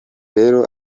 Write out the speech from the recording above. rero